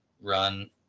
run